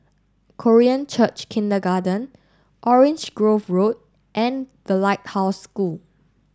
Korean Church Kindergarten Orange Grove Road and The Lighthouse School